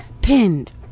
Pinned